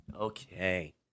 Okay